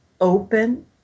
open